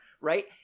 right